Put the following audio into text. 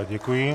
Děkuji.